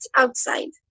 outside